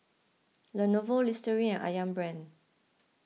Lenovo Listerine Ayam Brand